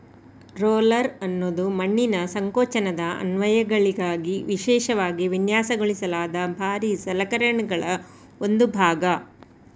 roller ಅನ್ನುದು ಮಣ್ಣಿನ ಸಂಕೋಚನದ ಅನ್ವಯಗಳಿಗಾಗಿ ವಿಶೇಷವಾಗಿ ವಿನ್ಯಾಸಗೊಳಿಸಲಾದ ಭಾರೀ ಸಲಕರಣೆಗಳ ಒಂದು ಭಾಗ